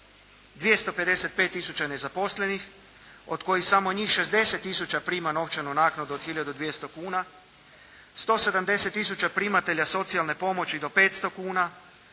255 tisuća nezaposlenih od kojih samo njih 60 tisuća prima novčanu naknadu od hiljadu 200 kuna, 170 tisuća primatelja socijalne pomoći do 500 kuna,